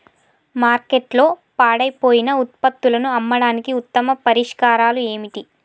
మార్కెట్లో పాడైపోయిన ఉత్పత్తులను అమ్మడానికి ఉత్తమ పరిష్కారాలు ఏమిటి?